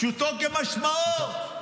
פשוט כמשמעו,